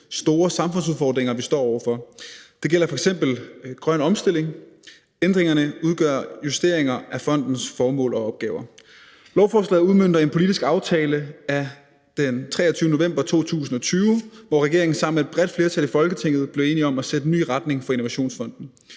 store samfundsudfordringer, vi står over for. Det gælder f.eks. grøn omstilling. Ændringerne udgør justeringer af fondens formål og opgaver. Lovforslaget udmønter en politisk aftale af 23. november 2020, hvor regeringen sammen med et bredt flertal i Folketinget blev enige om at sætte en ny retning for Innovationsfonden.